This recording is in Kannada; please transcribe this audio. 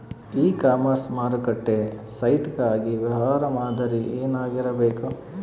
ಇ ಕಾಮರ್ಸ್ ಮಾರುಕಟ್ಟೆ ಸೈಟ್ ಗಾಗಿ ವ್ಯವಹಾರ ಮಾದರಿ ಏನಾಗಿರಬೇಕು?